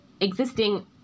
existing